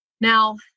Now